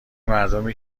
مردمی